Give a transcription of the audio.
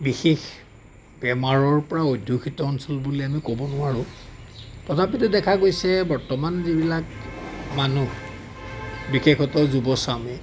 বিশেষ বেমাৰৰ পৰা অধ্যুষিত অঞ্চল বুলি আমি ক'ব নোৱাৰোঁ তথাপিতো দেখা গৈছে বৰ্তমান যিবিলাক মানুহ বিশেষতঃ যুৱচামে